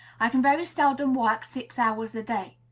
i can very seldom work six hours a day